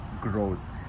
grows